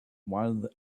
while